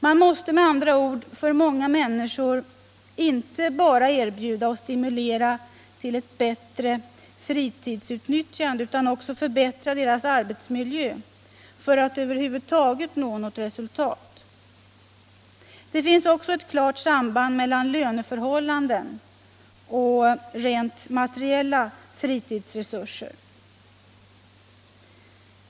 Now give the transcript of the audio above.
Med andra ord måste man för många människor inte bara erbjuda och stimulera till ett bättre fritidsutnyttjande utan också förbättra deras arbetsmiljö för att över huvud taget nå något resultat. Det finns också ett klart samband mellan löneförhållanden och rent materiella fritidsresurser.